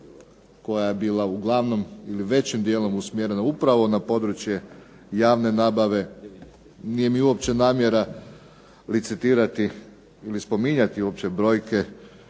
koja je bila uglavnom ili većim djelom usmjerena upravo na područje javne nabave. Nije mi uopće namjera licitirati ili spominjati uopće brojke